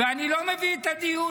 ואני לא מביא את הדיון,